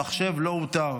המחשב לא אותר.